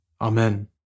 Amen